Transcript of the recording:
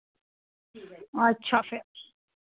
अच्छा फिर